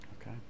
okay